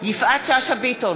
יפעת שאשא ביטון,